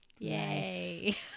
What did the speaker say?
Yay